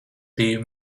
biju